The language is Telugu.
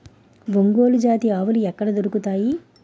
ఒంగోలు జాతి ఆవులు ఎక్కడ దొరుకుతాయి?